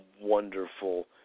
wonderful